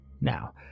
Now